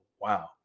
wow